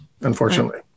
unfortunately